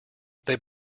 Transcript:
they